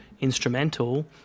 instrumental